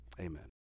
Amen